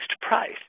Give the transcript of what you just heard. price